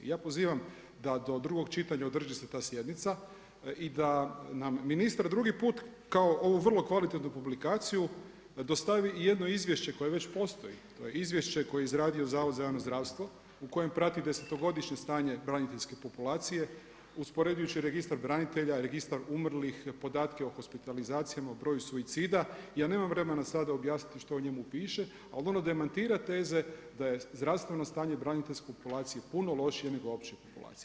Ja pozivam da do drugog čitanja održi se ta sjednica i da nam ministar drugi put kao ovu vrlo kvalitetnu publikaciju, dostavi i jedno izvješće koje već postoji, to je izvješće koje je izradio Zavod za javno zdravstvo u kojem prati desetogodišnje stanje braniteljske populacije usporedivši Registar branitelja i Registar umrlih, podatke o hospitalizacijama, broju suicida, ja nemam vremena sada objasniti što u njemu piše, ali ono demantira teze da je zdravstveno stanje braniteljske populacije puno lošije nego opće populacije.